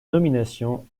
nomination